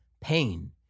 Pain